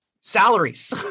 salaries